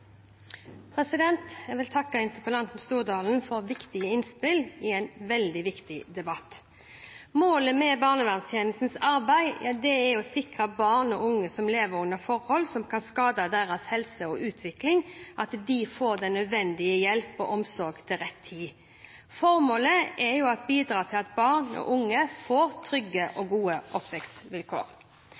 Jeg vil takke interpellanten Stordalen for viktige innspill i en veldig viktig debatt. Målet med barnevernstjenestens arbeid er å sikre at barn og unge som lever under forhold som kan skade deres helse og utvikling, får nødvendig hjelp og omsorg til rett tid. Formålet er å bidra til at barn og unge får trygge og gode